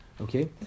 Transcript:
okay